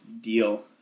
deal